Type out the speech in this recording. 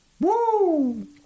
Woo